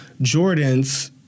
Jordans